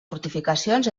fortificacions